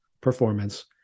performance